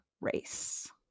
race